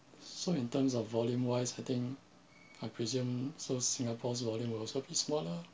so in terms of volume wise I think I presume so singapore's volume will also be smaller